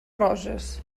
roges